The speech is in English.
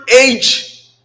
age